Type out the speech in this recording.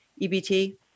EBT